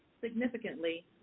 significantly